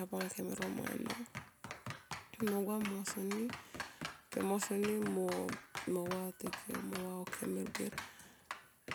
Hap anga kem mo ro mana mogua mo soni kemo soni mo vatekem anga kem birbir